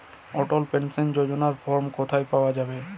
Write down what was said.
অটল pension যোজনার form কোথায় পাওয়া যাবে?